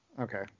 Okay